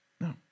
No